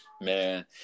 Man